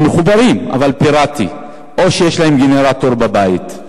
הם מחוברים, אבל פיראטית, או שיש להם גנרטור בבית.